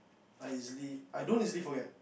I easily I don't easily forget